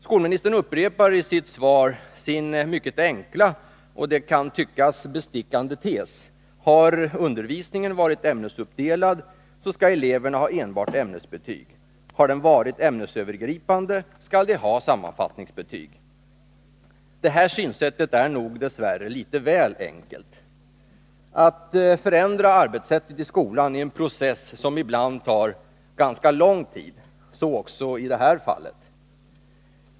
Skolministern upprepar i sitt svar sin mycket enkla och, kan det tyckas, bestickande tes: Har undervisningen varit ämnesuppdelad skall eleverna ha enbart ämnesbetyg, har den varit ämnesövergripande skall de ha sammanfattningsbetyg. Det här synsättet är nog dess värre litet väl enkelt. Att förändra arbetssättet i skolan är en process som ibland tar ganska lång tid. Så också i detta fall.